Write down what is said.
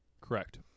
Correct